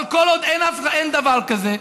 אבל כל עוד אין דבר כזה,